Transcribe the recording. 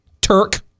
Turk